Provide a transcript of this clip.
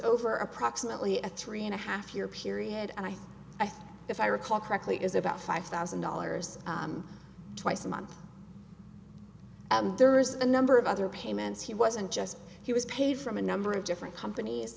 over approximately a three and a half year period and i i think if i recall correctly is about five thousand dollars twice a month there are a number of other payments he wasn't just he was paid from a number of different companies